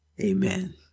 Amen